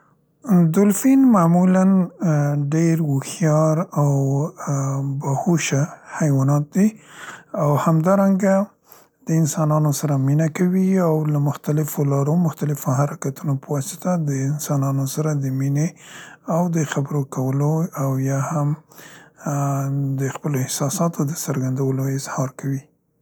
ا دولفین معمولاًډیر هوښیار او ا با هوشه حیوانات دي، او همدارنګه د انسانانو سره مینه کوي او له مختلفو لارو، مختلفو حرکتونو په واسطه د انسانانو سره د مینې او د خبرې کولو او یا هم د خپلو احساساتو د څرګندولو اظهار کوي.